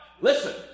listen